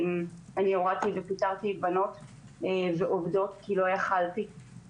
אני פיטרתי עובדות כי לא יכולתי להחזיק אותן.